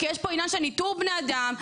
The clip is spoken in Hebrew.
כי יש פה עניין של ניטור בני אדם,